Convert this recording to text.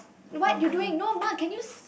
what you doing no ma can you